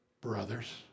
Brothers